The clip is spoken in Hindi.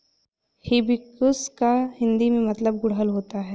हिबिस्कुस का हिंदी में मतलब गुड़हल होता है